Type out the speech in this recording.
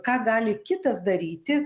ką gali kitas daryti